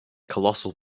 colossal